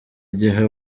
gihe